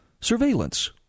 surveillance